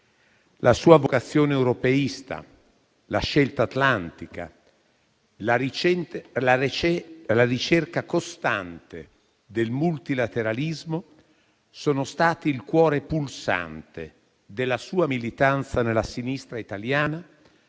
La sua vocazione europeista, la scelta atlantica, la ricerca costante del multilateralismo sono stati il cuore pulsante della sua militanza nella sinistra italiana,